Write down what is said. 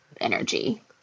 energy